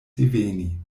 diveni